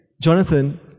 Jonathan